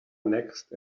next